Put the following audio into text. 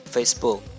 Facebook